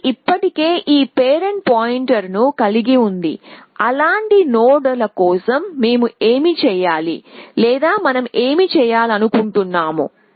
ఇది ఇప్పటికే ఈ పేరెంట్ పాయింటర్ను కలిగి ఉంది అలాంటి నోడ్ల కోసం మేము ఏమి చేయాలి లేదా మనం ఏమి చేయాలనుకుంటున్నాము